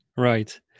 Right